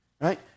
Right